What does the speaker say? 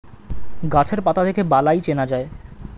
গাছের পাতা দেখে বালাই চেনা যায়